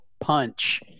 punch